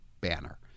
banner